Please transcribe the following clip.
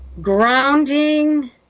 Grounding